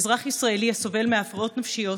אזרח ישראלי הסובל מהפרעות נפשיות,